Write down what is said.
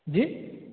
جی